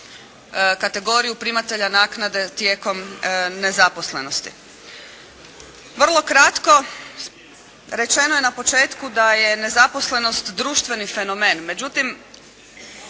kategoriju primatelja naknade tijekom nezaposlenosti. Vrlo kratko rečeno je na početku da je nezaposlenost društveni fenomen. Međutim